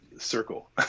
circle